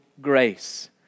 Grace